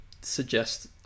suggest